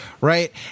Right